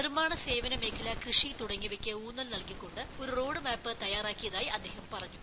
നിർമ്മാണ സേവന മേഖല കൃഷി തുടങ്ങിയവയ്ക്ക് ഊന്നൽ നൽകിക്കൊണ്ട് ഒരു റോഡ് മാപ്പ് തയ്യാറാക്കിയതായി അദ്ദേഹം പറ ഞ്ഞു